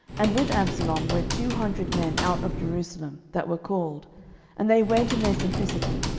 and with absalom went two hundred men out of jerusalem, that were called and they went in their simplicity,